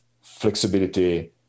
flexibility